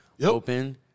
open